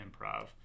improv